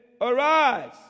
Arise